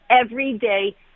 everyday